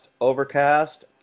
Overcast